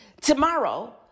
tomorrow